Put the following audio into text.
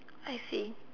I see